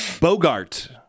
Bogart